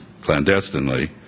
clandestinely